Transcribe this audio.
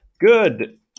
Good